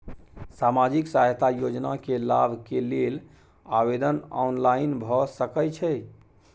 सामाजिक सहायता योजना के लाभ के लेल आवेदन ऑनलाइन भ सकै छै?